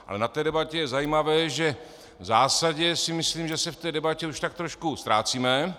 Ale na té debatě je zajímavé, že v zásadě si myslím, že se v té debatě už tak trošku ztrácíme.